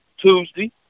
Tuesday